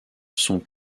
sont